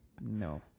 No